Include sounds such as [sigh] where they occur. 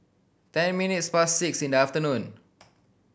ten minutes past six in the afternoon [noise]